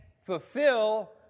fulfill